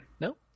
No